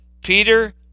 Peter